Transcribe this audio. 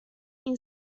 این